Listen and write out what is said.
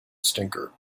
stinker